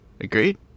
Agreed